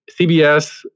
CBS